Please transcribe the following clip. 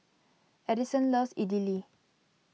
Edison loves Idili